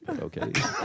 Okay